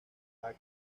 joven